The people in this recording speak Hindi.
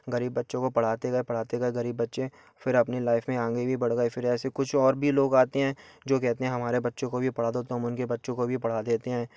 गरीब बच्चों को पढ़ाते गए पढ़ाते गए गरीब बच्चे फ़िर अपनी लाइफ में आगे भी बढ़ गए फ़िर ऐसे कुछ और भी लोग आते हैं जो कहते हैं हमारे बच्चों को भी पढ़ा दो तो हम उनके बच्चों को भी पढ़ा देते हैं